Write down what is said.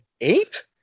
eight